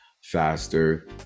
faster